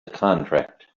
contract